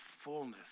fullness